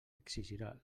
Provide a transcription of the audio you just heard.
exigirà